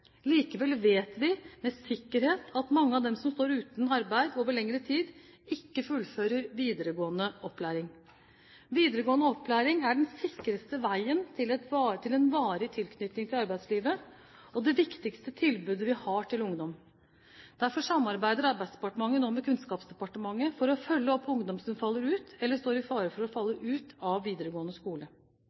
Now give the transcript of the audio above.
Likevel vet vi med sikkerhet at mange av dem som står uten arbeid over lengre tid, ikke har fullført videregående opplæring. Videregående opplæring er den sikreste veien til en varig tilknytning til arbeidslivet og det viktigste tilbudet vi har til ungdom. Derfor samarbeider Arbeidsdepartementet nå med Kunnskapsdepartementet for å følge opp ungdom som faller ut, eller står i fare for å falle ut, av videregående skole.